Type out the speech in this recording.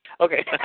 Okay